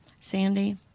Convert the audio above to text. Sandy